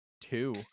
two